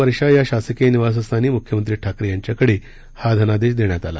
वर्षा या शासकीय निवासस्थानी मुख्यमंत्री ठाकरे यांच्याकडे निधीचा धनादेश देण्यात आला